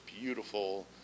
beautiful